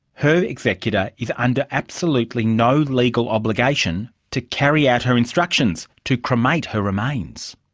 her executor is under absolutely no legal obligation to carry out her instructions to cremate her remains.